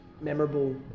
memorable